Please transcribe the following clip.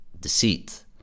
deceit